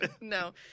No